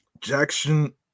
Jackson